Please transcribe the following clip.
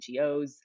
NGOs